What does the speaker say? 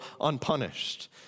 unpunished